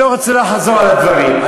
אני לא רוצה לחזור על הדברים.